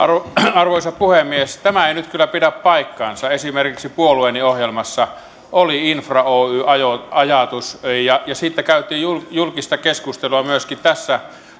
arvoisa puhemies tämä ei nyt kyllä pidä paikkaansa esimerkiksi puolueeni ohjelmassa oli infra oy ajatus ajatus ja siitä käytiin julkista keskustelua myöskin tässä